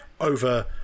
over